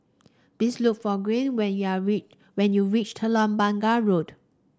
please look for Gwen when you are reach when you reach Telok Blangah Road